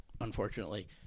unfortunately